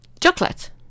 Chocolate